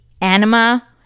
Anima